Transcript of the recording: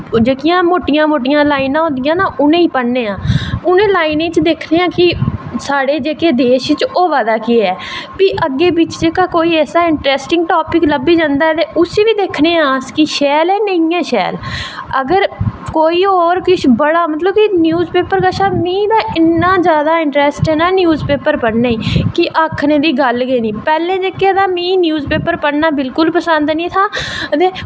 जेह्कियां मुट्टियां मुट्टियां लाईनां होंदियां उनेंगी पढ़ने आं उनेे लाईनें च दिक्खने आं कि साढ़े देश च होआ दा केह् ऐ फ्ही अग्गैं कोई ऐसा इंट्रसटिंग टॉपिक लब्भी जंदा ऐ उसी बी दिक्खने आं अस शैैल ऐ नेईं ऐे शैल और होर कोई मतलव न्यूज पेपर कशा दा मिगी इन्ना जादा इंट्रस्ट ऐ ना न्यूज पेपर पढ़ने गी कि आक्खने दी गल्ल गै नी पैह्लें मिगी तां न्यूज पेपर पढ़नां बिल्कुल पसंद नेई हा के हून